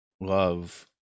love